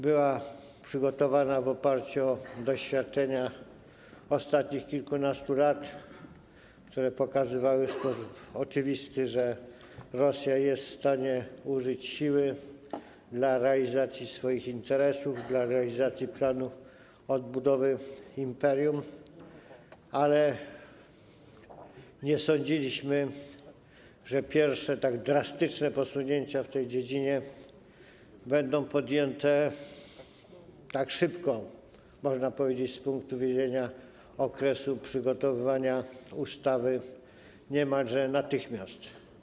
Była przygotowana w oparciu o doświadczenia ostatnich kilkunastu lat, które pokazywały w sposób oczywisty, że Rosja jest w stanie użyć siły dla realizacji swoich interesów, dla realizacji planu odbudowy imperium, ale nie sądziliśmy, że pierwsze tak drastyczne posunięcia w tej dziedzinie będą podjęte tak szybko: można powiedzieć, jeżeli chodzi o okres przygotowywania ustawy, że niemalże natychmiast.